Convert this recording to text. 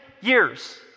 years